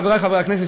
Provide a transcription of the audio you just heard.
חברי הכנסת,